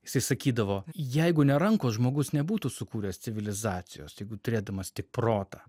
jisai sakydavo jeigu ne rankos žmogus nebūtų sukūręs civilizacijos jeigu turėdamas tik protą